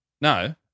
No